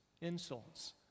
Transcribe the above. insults